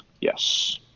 Yes